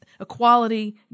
equality